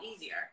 easier